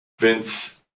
Vince